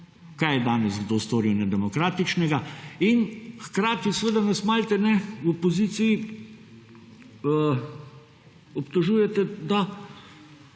Kaj je danes kdo storil nedemokratičnega? In hkrati seveda nas malodane v opoziciji obtožujete, da